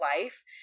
life